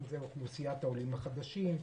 אם זה עולים חדשים,